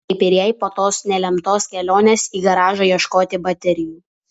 kaip ir jai po tos nelemtos kelionės į garažą ieškoti baterijų